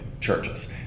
churches